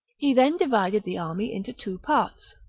he then divided the army into two parts.